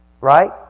Right